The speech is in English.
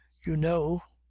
you know,